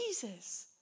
Jesus